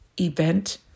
event